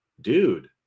dude